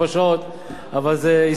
אבל זו היסטוריה מאוד מבורכת